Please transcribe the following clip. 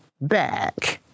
back